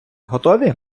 готові